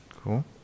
Cool